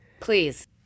Please